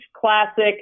classic